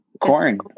corn